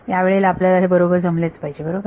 यावेळेला आपल्याला हे बरोबर जमलेच पाहिजे बरोबर